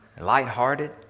lighthearted